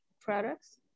products